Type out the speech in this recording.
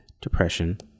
depression